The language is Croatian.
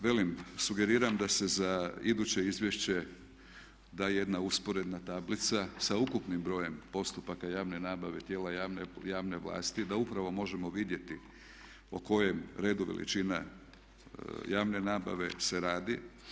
Velim, sugeriram da se za iduće izvješće da jedna usporedna tablica sa ukupnim brojem postupaka javne nabave, tijela javne vlasti da upravo možemo vidjeti o kojem redu, veličina javne nabave se radi.